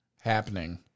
happening